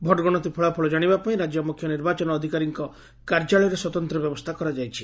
ଭୋଟ୍ଗଣତି ଫଳାଫଳ ଜାଶିବା ପାଇଁ ରାକ୍ୟ ମୁଖ୍ୟ ନିର୍ବାଚନ ଅଧିକାରୀଙ୍କ କାର୍ଯ୍ୟାଳୟରେ ସ୍ୱତନ୍ତ୍ ବ୍ୟବସ୍ରା କରାଯାଇଛି